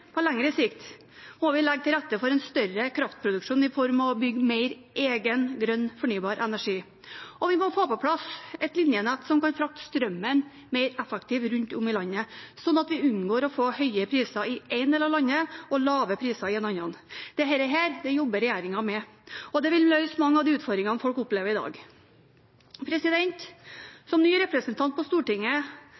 på lengre sikt må vi legge til rette for en større kraftproduksjon i form av å bygge mer egen grønn, fornybar energi, og vi må få på plass et linjenett som kan frakte strømmen mer effektivt rundt om i landet, slik at vi unngår å få høye priser i én del av landet og lave priser i en annen. Dette jobber regjeringen med, og det vil løse mange av de utfordringene folk opplever i dag.